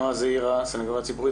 נועה זעירא מן הסניגוריה הציבורית.